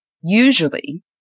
usually